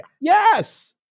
Yes